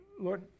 Lord